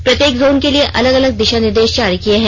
प्रत्येक जोन के लिए अलग अलग दिशा निर्देश जारी किए हैं